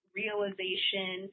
Realization